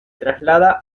traslada